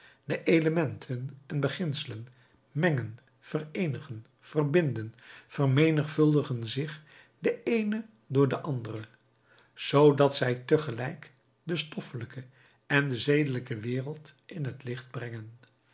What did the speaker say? de elementen en beginselen mengen vereenigen verbinden vermenigvuldigen zich de eene door de andere zoodat zij tegelijk de stoffelijke en de zedelijke wereld in het licht brengen